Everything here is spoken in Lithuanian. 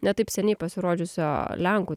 ne taip seniai pasirodžiusio lenkų